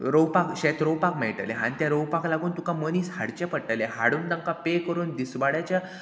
रोवपाक शेत रोवपाक मेळटलें आनी तें रोवपाक लागून तुका मनीस हाडचे पडटले हाडून तांकां पे करून दिसवाड्याच्या